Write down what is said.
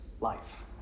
life